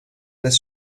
des